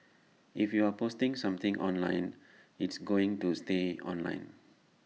if you're posting something online it's going to stay online